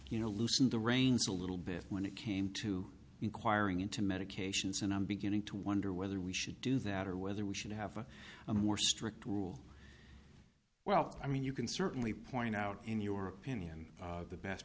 you know loosen the reins a little bit when it came to inquiring into medications and i'm beginning to wonder whether we should do that or whether we should have a more strict rule well i mean you can certainly point out in your opinion the best